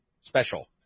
special